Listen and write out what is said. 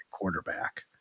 quarterback